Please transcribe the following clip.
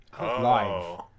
live